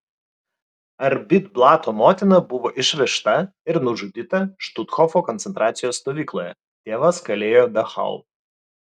arbit blato motina buvo išvežta ir nužudyta štuthofo koncentracijos stovykloje tėvas kalėjo dachau